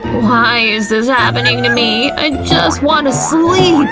why is this happening to me! i just want to sleep! aw,